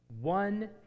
one